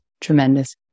tremendous